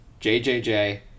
JJJ